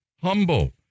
humble